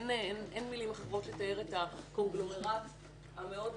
אין מילים אחרות לתאר את הקונגלומרט הנדיר